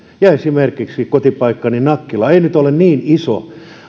esimerkiksi kotipaikkani nakkila ei nyt ole niin iso